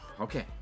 Okay